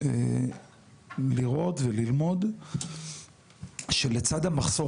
לראות וללמוד שלצד המחסור,